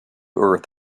earth